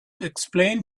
explain